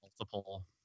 multiple